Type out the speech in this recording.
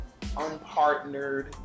unpartnered